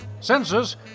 senses